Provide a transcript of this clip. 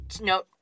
no